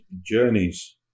journeys